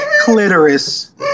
clitoris